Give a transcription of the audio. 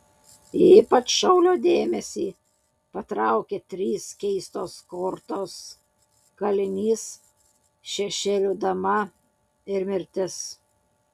ypač šaulio dėmesį patraukia trys keistos kortos kalinys šešėlių dama ir mirtis